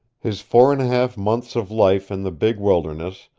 his four and a half months of life in the big wilderness,